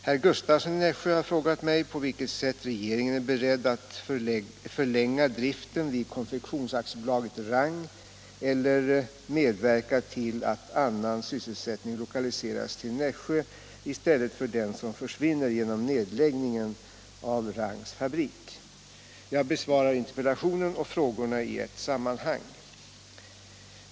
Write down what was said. Herr Gustavsson i Nässjö har frågat mig på vilket sätt regeringen är beredd att förlänga driften vid Konfektions AB Rang eller medverka till att annan sysselsättning lokaliseras till Nässjö i stället för den som försvinner genom nedläggningen av Rangs fabrik. Jag besvarar interpellationen och frågorna i ett sammanhang.